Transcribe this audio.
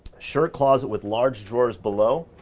shirt closet with large drawers below.